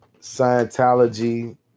Scientology